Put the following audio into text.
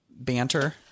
banter